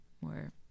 more